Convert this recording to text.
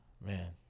man